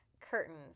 Curtains